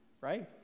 right